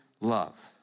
love